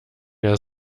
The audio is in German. der